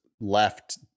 left